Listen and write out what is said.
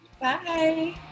Bye